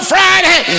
Friday